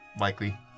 likely